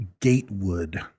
Gatewood